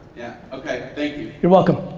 yeah, okay, thank you. you're welcome.